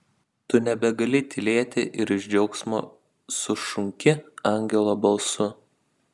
tu nebegali tylėti ir iš džiaugsmo sušunki angelo balsu